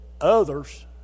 others